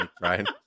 Right